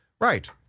Right